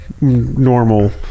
normal